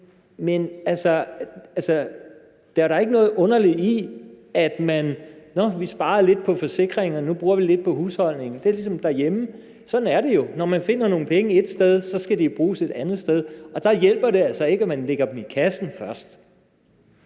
Men der er da ikke noget underligt i, at når man sparer lidt på forsikringerne, bruger man lidt på husholdningen; det er ligesom derhjemme. Sådan er det jo. Når man finder nogle penge et sted, skal de bruges et andet sted, og der hjælper det altså ikke, at man lægger dem i kassen først.